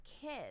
kids